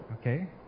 Okay